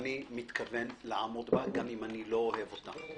ואני מתכוון לעמוד בה, גם אם אני לא אוהב אותה.